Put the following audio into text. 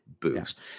boost